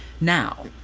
now